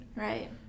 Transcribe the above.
Right